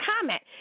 comment